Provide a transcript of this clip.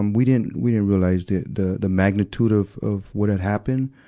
um we didn't, we didn't realize the, the, the magnitude of, of what had happened.